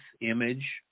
image